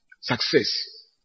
success